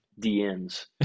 DNs